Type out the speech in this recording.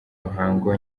ruhango